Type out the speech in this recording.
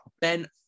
Ben